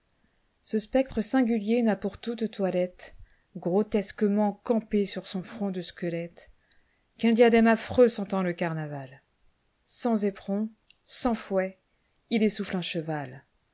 ce spectre singulier n'a pour toute toilette grotesquement campé sur son front de squelette qu'un diadème affreux sentant le carnaval sans éperons sans fouet il essouffle un cheval